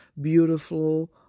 beautiful